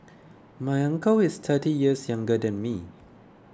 my uncle is thirty years younger than me